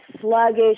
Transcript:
sluggish